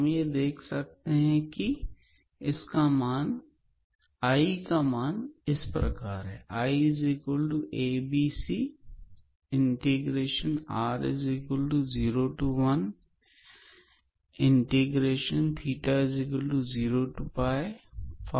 हम देख सकते हैं की I का मान इस प्रकार है